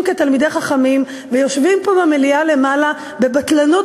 כתלמידי חכמים ויושבים פה במליאה למעלה בבטלנות,